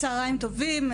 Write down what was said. צוהריים טובים,